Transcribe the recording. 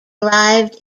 arrived